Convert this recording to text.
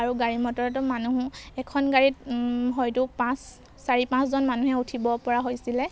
আৰু গাড়ী মটৰতো মানুহো এখন গাড়ীত হয়তো পাঁচ চাৰি পাঁচজন মানুহে উঠিব পৰা হৈছিলে